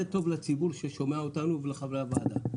זה טוב לציבור ששומע אותנו ולחברי הוועדה.